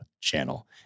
channel